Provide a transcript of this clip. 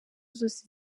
zose